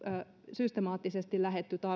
systemaattisesti lähdetty